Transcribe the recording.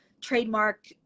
trademark